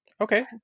Okay